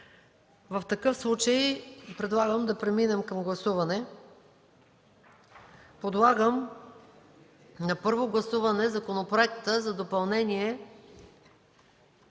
В такъв случай предлагам да преминем към гласуване. Подлагам на първо гласуване Законопроекта за допълнение